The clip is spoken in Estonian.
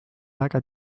väga